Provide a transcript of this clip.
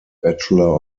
bachelor